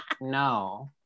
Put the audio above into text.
no